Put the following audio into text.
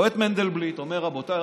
לא את מנדלבליט אומר: רבותיי,